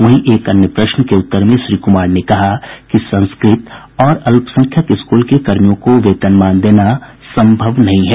वहीं एक अन्य प्रश्न के उत्तर में श्री कुमार ने कहा कि संस्कृत और अल्पसंख्यक स्कूल के कर्मियों को वेतनमान देना संभव नहीं है